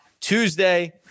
Tuesday